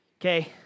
Okay